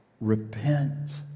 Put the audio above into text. Repent